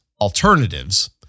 alternatives